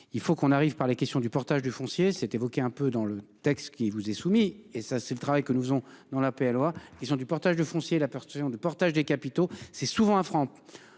il faut qu'on arrive par les questions du portage du foncier c'est évoquer un peu dans le texte qui vous est soumis, et ça c'est le travail que nous faisons dans l'APA lois qui sont du portage du foncier, la perception de portage des capitaux, c'est souvent un franc.